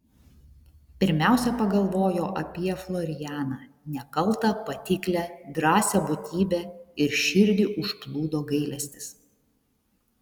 pirmiausia pagalvojo apie florianą nekaltą patiklią drąsią būtybę ir širdį užplūdo gailestis